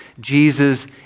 Jesus